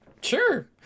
Sure